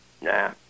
nah